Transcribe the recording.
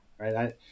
Right